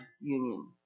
union